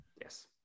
Yes